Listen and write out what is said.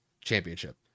championship